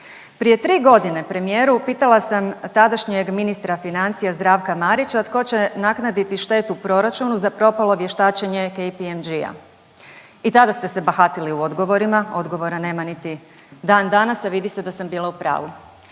Prije tri godine premijeru pitala sam tadašnjeg ministra financija Zdravka Marića, tko će naknaditi štetu proračunu za propalo vještačenje KPMG-a. I tada ste se bahatili u odgovorima, odgovora nema niti dan danas, a vidi se da sam bila u pravu.